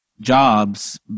jobs